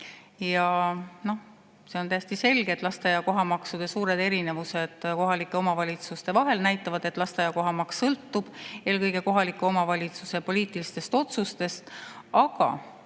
kirjas. See on täiesti selge, et lasteaia kohamaksude suured erinevused kohalike omavalitsuste vahel näitavad, et lasteaia kohamaks sõltub eelkõige kohaliku omavalitsuse poliitilistest otsustest. Aga